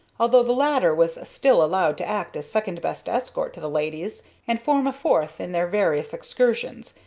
although the latter was still allowed to act as second-best escort to the ladies, and form a fourth in their various excursions,